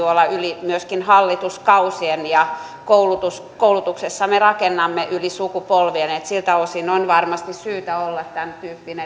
olla myöskin yli hallituskausien ja koulutuksessa me rakennamme yli sukupolvien niin että siltä osin on varmasti syytä olla tämäntyyppinen